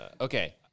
okay